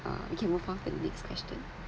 uh we can move past and the next question